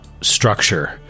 structure